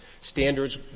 standards